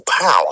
power